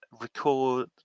record